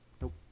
Nope